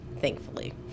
thankfully